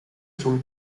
sul